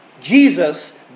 Jesus